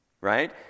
right